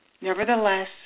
Nevertheless